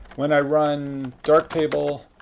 when i run darktable-cmstest,